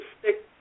stick